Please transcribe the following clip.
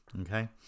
Okay